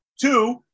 Two